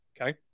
Okay